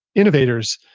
innovators,